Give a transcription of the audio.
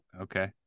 Okay